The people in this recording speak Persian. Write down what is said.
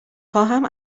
خواهم